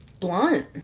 Blunt